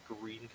green